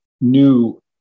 new